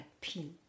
pin